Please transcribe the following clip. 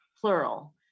Plural